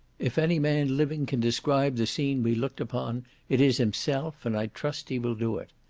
if any man living can describe the scene we looked upon it is himself, and i trust he will do it.